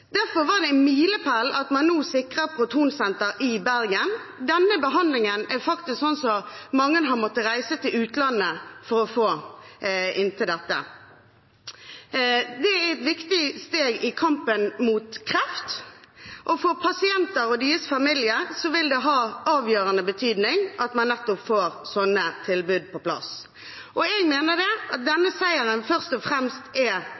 Derfor var det en milepæl at man nå sikret protonsenteret i Bergen. Behandlingen som gis her, er noe som mange til nå har måttet reise til utlandet for å få. Det er et viktig steg i kampen mot kreft, og for pasientene og deres familier vil det ha avgjørende betydning at man får nettopp slike tilbud på plass. Jeg mener at denne seieren først og fremst er